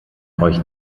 euch